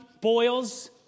boils